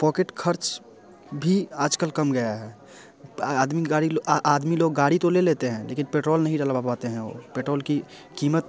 pocket ख़र्च भी आज कल कम गया है आदमी लोग गाड़ी तो ले लेते हैं लेकिन पेट्रोल नहीं डलवा पाते हैं वो पेट्रोल की कीमत